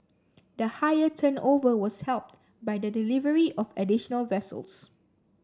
the higher turnover was helped by the delivery of additional vessels